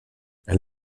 elle